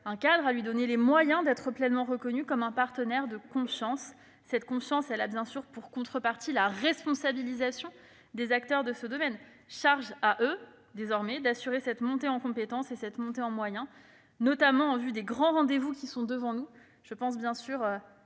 et à lui donner les moyens d'être pleinement reconnu comme un partenaire de confiance. Cette confiance a évidemment pour contrepartie la responsabilisation des acteurs de ce domaine. Charge à eux désormais d'assurer cette montée en compétences et en moyens, notamment en vue des grands rendez-vous qui sont devant nous, comme la Coupe